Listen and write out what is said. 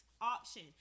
option